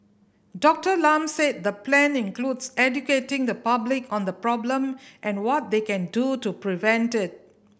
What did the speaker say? Doctor Lam said the plan includes educating the public on the problem and what they can do to prevent it